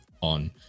on